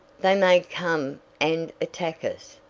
they may come and attack us,